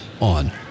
on